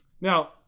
Now